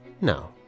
No